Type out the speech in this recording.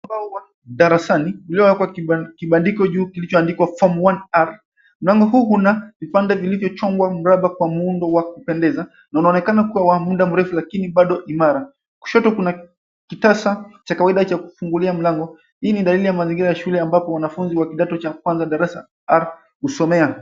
Darasani uliowekwa kibandiko juu kilichoandikwa Form One R. Mlango huu una vipande vilivyochongwa mraba kwa muundo wa kupendeza na unaonekana kua wa muda mrefu lakini bado imara. Kushoto kuna kitasa cha kawaida cha kufungulia mlango. Hii ni dalili ya mazingira ya shule ambapo wanafunzi wa kidato cha kwanza darasa R husomea.